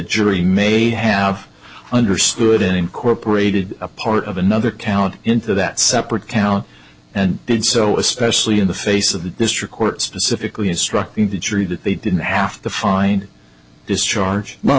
jury may have understood incorporated a part of another count into that separate count and did so especially in the face of the district court specifically instructed the jury that they didn't have to find this charge